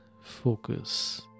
focus